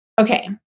okay